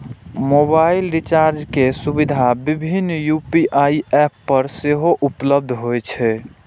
mobile recharge के सुविधा विभिन्न यू.पी.आई एप पर सेहो उपलब्ध होइ छै